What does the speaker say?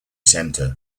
centre